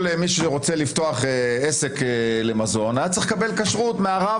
כל מי שרצה לפתוח עסק למזון היה צריך לקבל כשרות מהרב